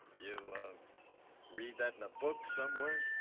you read that in a book somewhere?